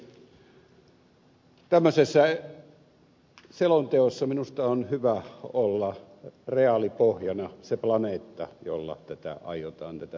tämmöisessä selonteossa minusta on hyvä olla reaalipohjana se planeetta jolla aiotaan tätä skenaariotoimintaa harjoittaa